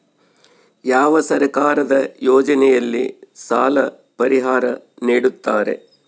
ಯಾವ ಸರ್ಕಾರದ ಯೋಜನೆಯಲ್ಲಿ ಸಾಲ ಪರಿಹಾರ ನೇಡುತ್ತಾರೆ?